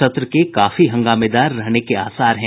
सत्र के काफी हंगामेदार रहने के आसार हैं